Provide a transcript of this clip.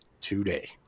today